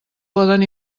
poden